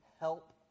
help